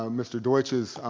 um mr. deutsch's